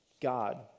God